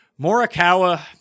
Morikawa